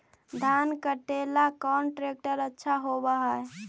धान कटे ला कौन ट्रैक्टर अच्छा होबा है?